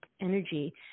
energy